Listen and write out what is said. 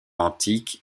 antique